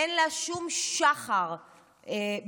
אין לו שום שחר בדברים.